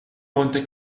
monte